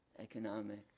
economic